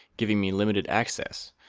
giving me limited access.